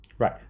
Right